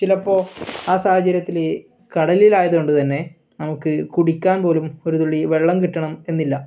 ചിലപ്പോൾ ആ സാഹചര്യത്തിൽ കടലിലായതുകൊണ്ട് തന്നെ നമുക്ക് കുടിക്കാൻ പോലും ഒരു തുള്ളി വെള്ളം കിട്ടണം എന്നില്ല